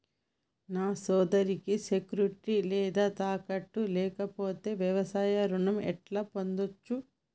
నా సోదరికి సెక్యూరిటీ లేదా తాకట్టు లేకపోతే వ్యవసాయ రుణం ఎట్లా పొందచ్చు?